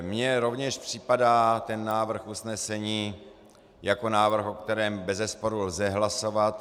Mně rovněž připadá ten návrh usnesení jako návrh, o kterém bezesporu lze hlasovat.